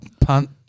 Punt